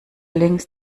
links